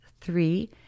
three